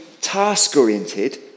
task-oriented